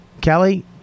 Kelly